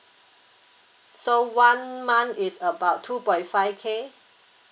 so one month is about two point five K